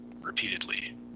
repeatedly